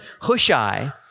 Hushai